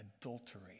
adultery